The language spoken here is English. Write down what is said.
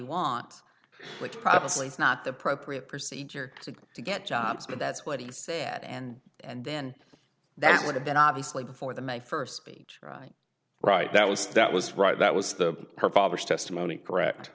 wants which probably is not the appropriate procedure to go to get jobs but that's what he said and and then that would have been obviously before the my first speech right that was that was right that was the